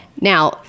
Now